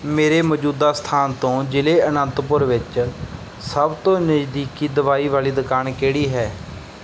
ਮੇਰੇ ਮੌਜੂਦਾ ਸਥਾਨ ਤੋਂ ਜ਼ਿਲ੍ਹੇ ਅਨੰਤਪੁਰ ਵਿੱਚ ਸਭ ਤੋਂ ਨਜ਼ਦੀਕੀ ਦਵਾਈ ਵਾਲੀ ਦਕਾਨ ਕਿਹੜੀ ਹੈ